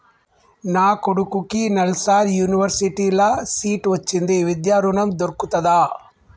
నా కొడుకుకి నల్సార్ యూనివర్సిటీ ల సీట్ వచ్చింది విద్య ఋణం దొర్కుతదా?